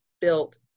built